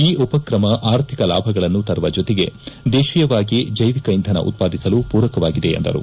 ಈ ಉಪಕ್ರಮ ಆರ್ಥಿಕ ಲಾಭಗಳನ್ನು ತರುವ ಜೊತೆಗೆ ದೇಶೀಯವಾಗಿ ಜೈವಿಕ ಇಂಧನ ಉತ್ಪಾದಿಸಲು ಪೂರಕವಾಗಿದೆ ಎಂದರು